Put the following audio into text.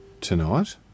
tonight